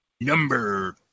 Number